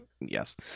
Yes